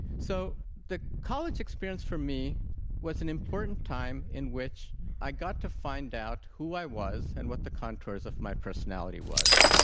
so the college experience for me was an important time in which i got to find out who i was and what the contours of my personality was.